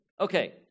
Okay